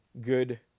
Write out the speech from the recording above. good